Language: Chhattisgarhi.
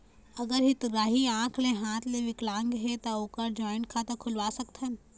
अगर हितग्राही आंख ले हाथ ले विकलांग हे ता ओकर जॉइंट खाता खुलवा सकथन?